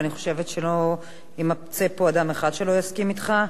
ואני חושבת שלא יימצא פה אדם אחד שלא יסכים אתך.